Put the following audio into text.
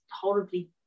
horribly